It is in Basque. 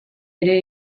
ere